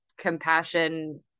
compassion